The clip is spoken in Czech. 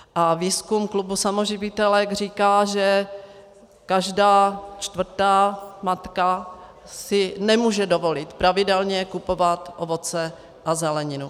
A výzkum klubu samoživitelek říká, že každá čtvrtá matka si nemůže dovolit pravidelně kupovat ovoce a zeleninu.